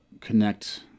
connect